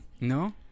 No